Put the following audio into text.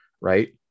right